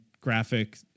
graphic